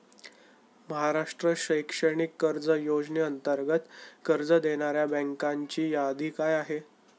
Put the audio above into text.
महाराष्ट्र शैक्षणिक कर्ज योजनेअंतर्गत कर्ज देणाऱ्या बँकांची यादी काय आहे?